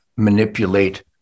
manipulate